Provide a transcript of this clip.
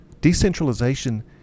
Decentralization